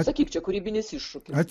sakyk čia kūrybinis iššūkis